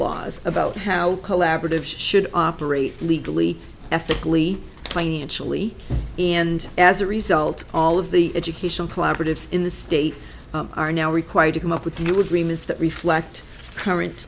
laws about how collaborative should operate legally ethically financially and as a result all of the educational collaboratives in the state are now required to come up with the